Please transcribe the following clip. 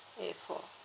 air four